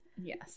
Yes